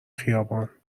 خیابان